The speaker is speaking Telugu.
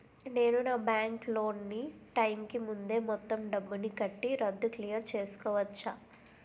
నేను నా బ్యాంక్ లోన్ నీ టైం కీ ముందే మొత్తం డబ్బుని కట్టి రద్దు క్లియర్ చేసుకోవచ్చా?